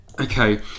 Okay